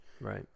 right